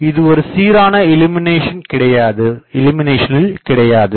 இது ஒரு சீரான இல்லுமினேஷனில் கிடையாது